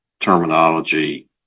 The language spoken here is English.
terminology